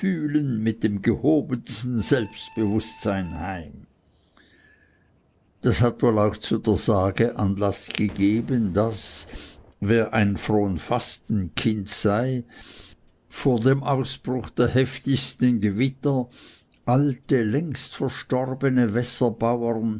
mit dem gehobensten selbstbewußtsein heim das hat wohl auch zu der sage anlaß gegeben daß wer ein fronfastenkind sei vor dem ausbruch der heftigsten gewitter alte längst verstorbene